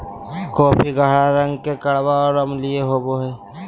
coffee गहरा रंग के कड़वा और अम्लीय होबो हइ